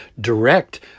direct